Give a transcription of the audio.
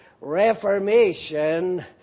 reformation